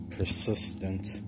persistent